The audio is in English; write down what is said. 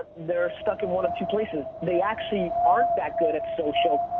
they're stuck in one a few places they actually aren't that good at social,